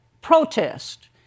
protest